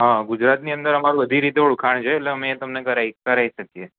હા ગુજરાતની અંદર અમારું બધી રીતે ઓદ્ખાન છે તો એ તમને અમે કરાય શકીએ